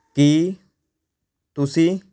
ਕੀ ਤੁਸੀਂ